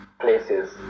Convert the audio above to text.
places